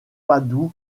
padoue